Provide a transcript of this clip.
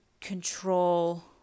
control